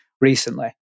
recently